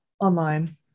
online